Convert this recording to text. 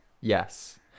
Yes